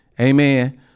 Amen